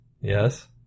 Yes